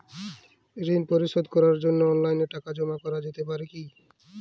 ঋন পরিশোধ করার জন্য অনলাইন টাকা জমা করা যেতে পারে কি?